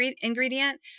ingredient